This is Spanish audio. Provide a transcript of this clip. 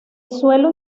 suelo